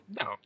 No